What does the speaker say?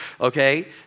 okay